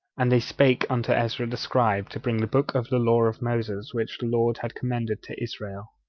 and they spake unto ezra the scribe to bring the book of the law of moses, which the lord had commanded to israel.